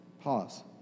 Pause